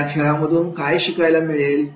या खेळामधून काय शिकायला मिळेल